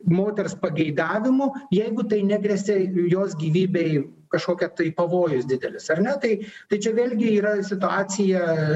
moters pageidavimu jeigu tai negresia jos gyvybei kažkokią tai pavojus didelis ar ne tai tai čia vėlgi yra situacija